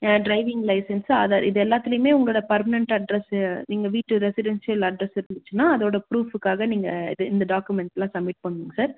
driving licence Aadhaar இது எல்லாத்திலியுமே உங்களோடய பர்மனண்ட் அட்ரஸ்ஸு நீங்கள் வீட்டு ரெசிடென்ஷியல் அட்ரஸ் இருந்துச்சுன்னா அதோடய ப்ரூஃபுக்காக நீங்கள் இது இந்த டாக்குமெண்ட்டெலாம் சப்மிட் பண்ணுங்க சார்